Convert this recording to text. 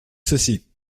ceci